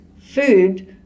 food